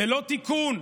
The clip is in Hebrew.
ללא תיקון,